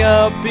up